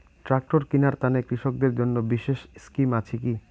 Tractor কিনার তানে কৃষকদের জন্য বিশেষ স্কিম আছি কি?